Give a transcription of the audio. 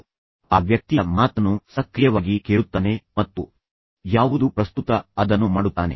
ಅವನು ಆ ವ್ಯಕ್ತಿಯ ಮಾತನ್ನು ಸಕ್ರಿಯವಾಗಿ ಕೇಳುತ್ತಾನೆ ಮತ್ತು ಯಾವುದು ಪ್ರಸ್ತುತ ಅದನ್ನು ಮಾಡುತ್ತಾನೆ